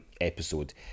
episode